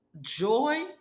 Joy